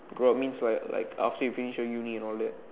grow up means like like after you finish your uni and all that